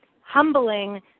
humbling